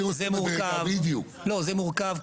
זה מורכב,